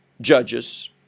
judges